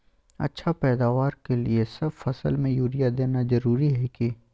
अच्छा पैदावार के लिए सब फसल में यूरिया देना जरुरी है की?